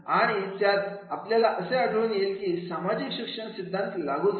आणि त्यात आपल्याला असे आढळून येईल की सामाजिक शिक्षण सिद्धांत लागू झालेला